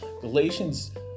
Galatians